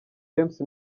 james